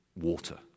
water